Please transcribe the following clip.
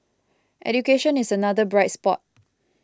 education is another bright spot